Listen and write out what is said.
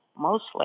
mostly